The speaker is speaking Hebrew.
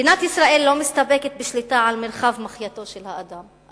מדינת ישראל לא מסתפקת בשליטה על מרחב מחייתו של האדם,